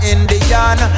Indian